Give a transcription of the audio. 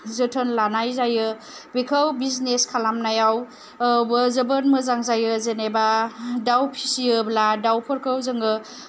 जोथोन लानाय जायो बेखौ बिजिनेस खालामनायाव जोबोद मोजां जायो जेनेबा दाउ फिसियोब्ला दाउफोरखौ जोङो